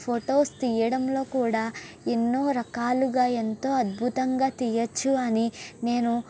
photos తీయడంలో కూడా ఎన్నో రకాలుగా ఎంతో అద్భుతంగా తీయవచ్చు అని నేను